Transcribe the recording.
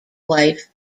wife